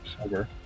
over